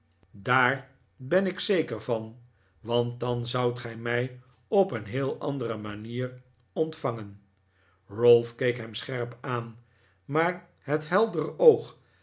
daar ben ik zeker van want dan zoudt gij mij op een heel andere manier ontvangen ralph keek hem scherp aan maar het heldere oog